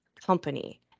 company